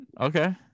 Okay